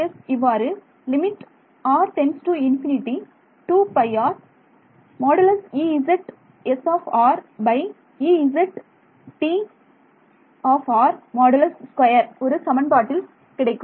RCS இவ்வாறு ஒரு சமன்பாட்டில் கிடைக்கும்